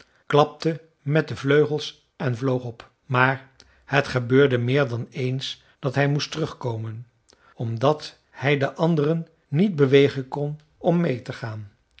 klapte met de vleugels en vloog op maar het gebeurde meer dan eens dat hij moest terugkomen omdat hij de anderen niet bewegen kon om meê te gaan